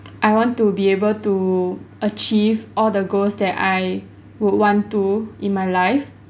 I want to be able to achieve all the goals that I would want to in my life